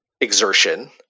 exertion